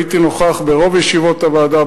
הייתי נוכח ברוב ישיבות הוועדה,